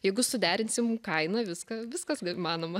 jeigu suderinsim kainą viską viskas įmanoma